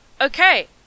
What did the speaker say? Okay